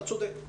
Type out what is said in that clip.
אתה צודק.